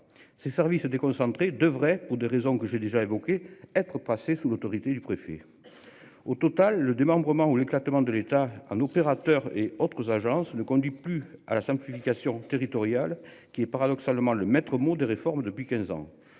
Ses services déconcentrés devrait pour des raisons que j'ai déjà évoqué être sous l'autorité du préfet. Au total le démembrement ou l'éclatement de l'État un opérateur et autres agences ne conduit plus à la simplification territoriale qui est paradoxalement le maître mot des réformes depuis 15 ans